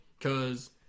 Cause